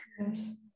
yes